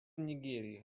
нигерии